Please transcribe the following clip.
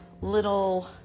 little